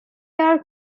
are